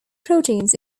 proteins